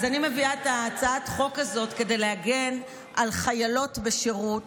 אני מביאה את הצעת החוק הזאת כדי להגן על חיילות בשירות